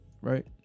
Right